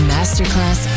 Masterclass